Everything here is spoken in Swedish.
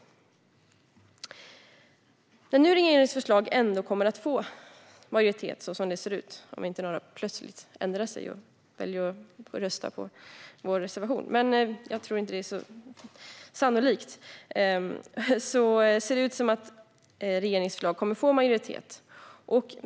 Det ser nu ut som att regeringens förslag kommer att få majoritet - om inte några ledamöter plötsligt ändrar sig och väljer att rösta på vår reservation, vilket jag inte tror är så sannolikt.